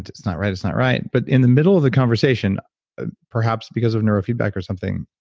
and it's not right, it's not right. but in the middle of the conversation perhaps because of neurofeedback or something,